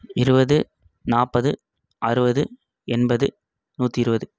இருபது நாற்பது அறுபது எண்பது நூற்றி இருபது